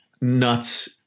nuts